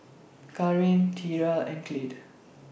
Kaaren Tierra and Clide